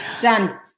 Done